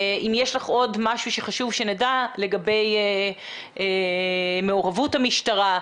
אם יש לך עוד משהו שחשוב שנדע לגבי מעורבות המשטרה,